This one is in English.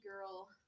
girl